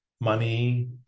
money